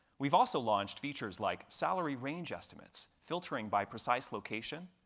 we've also launched features like salary range estimates, filtering by precise location,